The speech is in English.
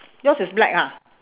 yours is black ha